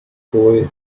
boy